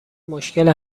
مشکل